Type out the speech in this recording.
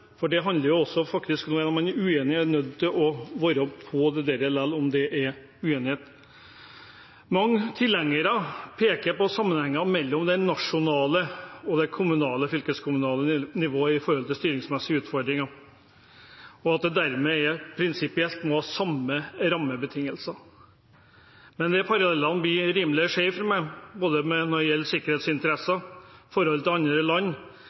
Det handler jo faktisk også om at en er nødt til å være med på dette selv om det er uenighet. Mange tilhengere peker på sammenhenger mellom det nasjonale og det kommunale og fylkeskommunale nivået når det gjelder styringsmessige utfordringer, og at det dermed prinsipielt er noen av de samme rammebetingelsene. Men de parallellene blir rimelig skjeve for meg når det gjelder sikkerhetsinteresser og forholdet til andre land,